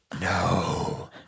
No